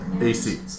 AC